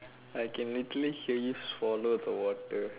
I can literally hear you swallow the water